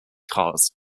cars